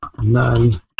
none